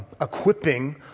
equipping